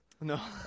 No